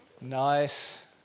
Nice